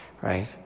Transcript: right